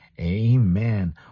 Amen